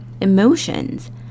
Emotions